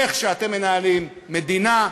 איך שאתם מנהלים מדינה,